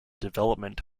development